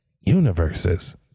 universes